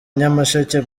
nyamasheke